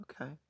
Okay